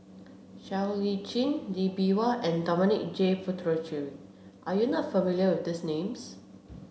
Siow Lee Chin Lee Bee Wah and Dominic J Puthucheary are you not familiar with these names